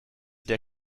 der